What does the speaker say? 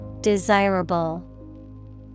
Desirable